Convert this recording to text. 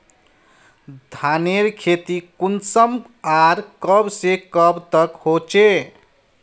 धानेर खेती कुंसम आर कब से कब तक होचे?